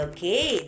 Okay